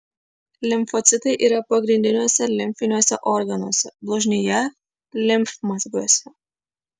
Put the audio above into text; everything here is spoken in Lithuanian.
limfocitai yra pagrindiniuose limfiniuose organuose blužnyje limfmazgiuose